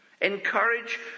encourage